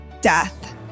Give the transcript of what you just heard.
death